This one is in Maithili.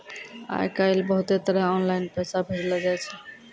आय काइल बहुते तरह आनलाईन पैसा भेजलो जाय छै